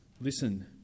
Listen